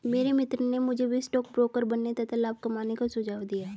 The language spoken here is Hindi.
मेरे मित्र ने मुझे भी स्टॉक ब्रोकर बनने तथा लाभ कमाने का सुझाव दिया